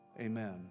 Amen